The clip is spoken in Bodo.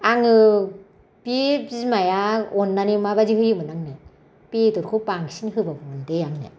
आङो बे बिमाया अननानै माबायदि होयोमोन आंनो बेदरखौ बांसिन होबावोमोन दै आंनो